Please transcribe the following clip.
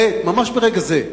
כעת, ממש ברגע זה,